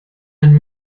ein